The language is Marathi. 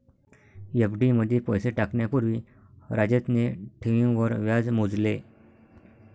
एफ.डी मध्ये पैसे टाकण्या पूर्वी राजतने ठेवींवर व्याज मोजले